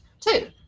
Two